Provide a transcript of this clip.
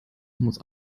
muss